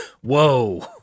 whoa